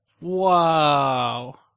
Wow